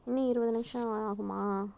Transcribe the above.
இன்னும் இருபது நிமிடம் ஆகுமா